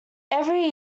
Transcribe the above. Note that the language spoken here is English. every